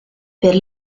per